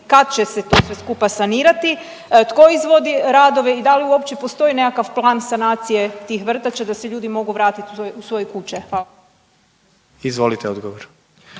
kad će se to sve skupa sanirati, tko izvodi radove i da li uopće postoji nekakav plan sanacije tih vrtača da se ljudi mogu vratiti u svoje kuće? Hvala.